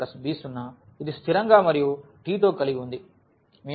కాబట్టి a0b0 ఇది స్థిరంగా మరియు t తో కలిగి వుంది